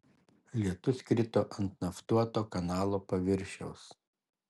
lietus krito ant naftuoto kanalo paviršiaus